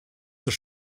zur